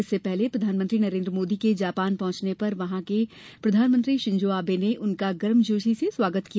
इससे पहले प्रधानमंत्री नरेन्द्र मोदी के जापान पहुंचने पर वहां के प्रधानमत्री शिंजो आबे ने उनका गर्मजोशी से स्वागत किया